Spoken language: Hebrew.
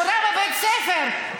מורה בבית ספר,